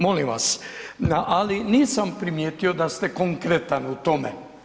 Molim vas, na ali nisam primijetio da ste konkretan u tome.